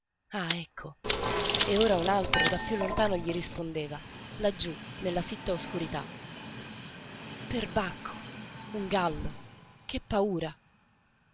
ah ecco e ora un altro da piú lontano gli rispondeva laggiú nella fitta oscurità perbacco un gallo che paura